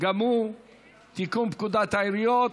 שגם הוא תיקון פקודת העיריות.